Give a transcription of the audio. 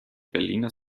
berliner